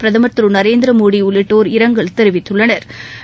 பிரதமா் திருநரேந்திரமோடிஉள்ளிட்டோா் இரங்கல் தெரிவித்துள்ளனா்